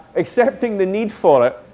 accepting the need for it,